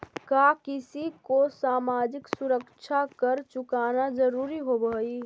का किसी को सामाजिक सुरक्षा कर चुकाना जरूरी होवअ हई